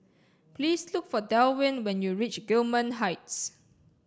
please look for Delwin when you reach Gillman Heights